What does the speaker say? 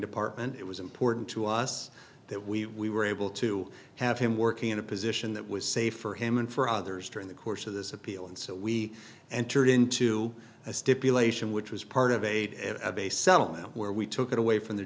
department it was important to us that we were able to have him working in a position that was safe for him and for others during the course of this appeal and so we entered into a stipulation which was part of aid of a settlement where we took it away from the